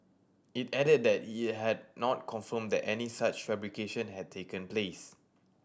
it added that it had not confirmed that any such fabrication had taken place